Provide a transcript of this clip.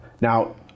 Now